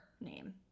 name